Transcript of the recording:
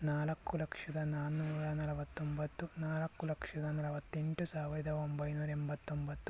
ನಾಲ್ಕು ಲಕ್ಷದ ನಾನ್ನೂರ ನಲವತ್ತೊಂಬತ್ತು ನಾಲ್ಕು ಲಕ್ಷದ ನಲವತ್ತೆಂಟು ಸಾವಿರದ ಒಂಬೈನೂರ ಎಂಬತ್ತೊಂಬತ್ತು